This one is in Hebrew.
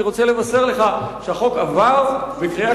אני רוצה לבשר לך שהחוק עבר בקריאה